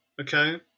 Okay